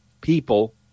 People